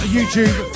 YouTube